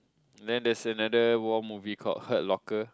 then that's another war movie called Heart Locker